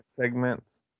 segments